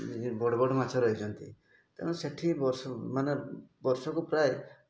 ବଡ଼ ବଡ଼ ମାଛ ରହିଛନ୍ତି ତେଣୁ ସେଠି ବର୍ଷକୁ ମାନେ ବର୍ଷକୁ ପ୍ରାୟ